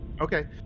Okay